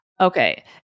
Okay